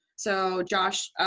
so, josh,